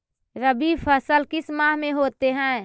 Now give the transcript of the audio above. रवि फसल किस माह में होते हैं?